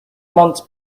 months